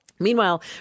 Meanwhile